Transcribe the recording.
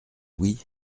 louis